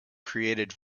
created